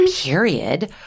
period